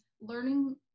learning